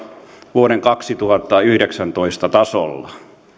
vuoden kaksituhattayhdeksäntoista tasolla